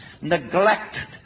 neglected